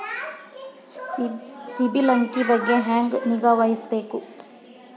ಸಿಬಿಲ್ ಅಂಕಿ ಬಗ್ಗೆ ಹೆಂಗ್ ನಿಗಾವಹಿಸಬೇಕು?